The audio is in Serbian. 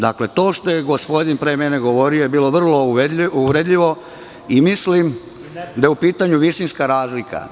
Dakle, tošto je gospodin pre mene govorio je bilo vrlo uvredljivo i mislim da je u pitanju visinska razlika.